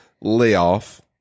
layoff